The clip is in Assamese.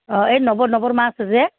অঁ এই নৱ নৱৰ মা আছে যে